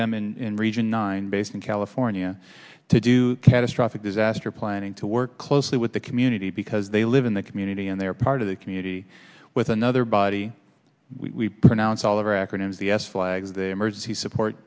them in region nine based in california to do catastrophic disaster planning to work closely with the community because they live in the community and they're part of the community with another body we pronounce all of our acronyms the u s flags the emergency support